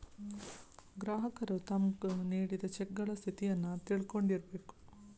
ಗ್ರಾಹಕರು ತಮ್ಗ್ ನೇಡಿದ್ ಚೆಕಗಳ ಸ್ಥಿತಿಯನ್ನು ತಿಳಕೊಂಡಿರ್ಬೇಕು